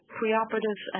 preoperative